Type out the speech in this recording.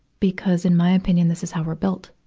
because, in my opinion, this is how we're built.